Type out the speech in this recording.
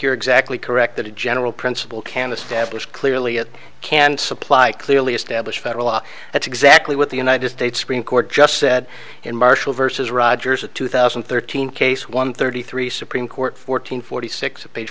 you're exactly correct that a general principle can establish clearly it can supply clearly established federal law that's exactly what the united states supreme court just said in marshall versus rogers a two thousand and thirteen case one thirty three supreme court fourteen forty six